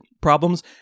problems